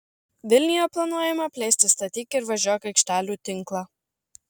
vilniuje planuojama plėsti statyk ir važiuok aikštelių tinklą